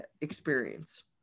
experience